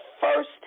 first